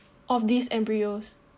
of these embryos